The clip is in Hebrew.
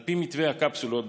על פי מתווה הקפסולות,